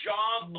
John